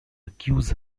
accuse